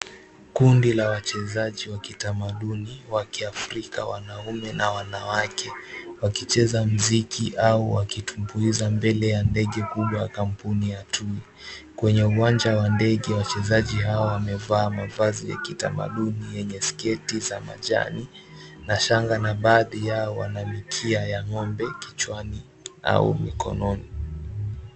Kundi la wachezaji wa kitamaduni wa Kiafrika wanaume na wanawake wakicheza muziki au wakitumbuiza mbele ya ndege kubwa kampuni ya Tui. Kwenye uwanja wa ndege wachezaji hawa wamevaa mavazi ya kitamaduni yenye sketi za majani na shanga na baadhi yao wanamikia ya ng'ombe kichwani au mikononi.